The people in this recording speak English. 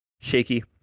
Shaky